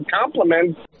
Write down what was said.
compliments